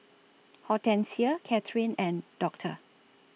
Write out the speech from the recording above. Hortencia Catherine and Doctor